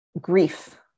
grief